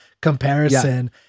Comparison